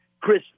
Chris